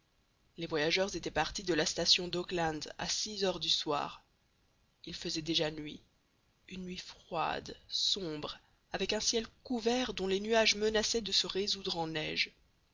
les voyageurs étaient partis de la station d'oakland à six heures du soir il faisait déjà nuit une nuit froide sombre avec un ciel couvert dont les nuages menaçaient de se résoudre en neige